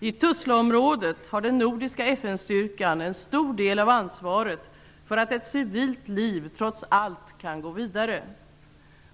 I Tuzlaområdet har den nordiska FN-styrkan en stor del av ansvaret för att ett civilt liv trots allt kan gå vidare.